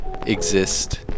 exist